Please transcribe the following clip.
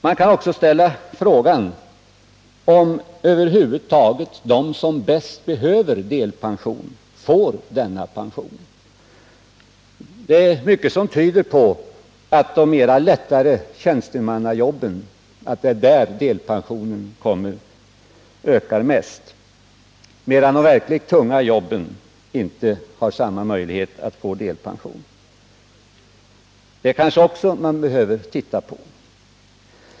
Man kan också fråga om över huvud taget de som bäst behöver delpension får sådan pension. Mycket tyder på att delpensionen ökar mest i de lättare tjänstemannajobben, medan de som har de verkligt tunga jobben inte har samma möjlighet att få delpension. Det kanske man också behöver titta på.